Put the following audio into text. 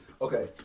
okay